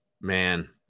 man